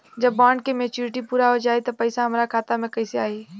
जब बॉन्ड के मेचूरिटि पूरा हो जायी त पईसा हमरा खाता मे कैसे आई?